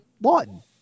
Lawton